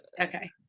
Okay